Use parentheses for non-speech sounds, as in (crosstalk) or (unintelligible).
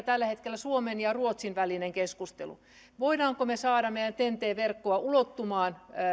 (unintelligible) tällä hetkellä ennen kaikkea suomen ja ruotsin välinen keskustelu voimmeko me saada meidän ten t verkkoamme ulottumaan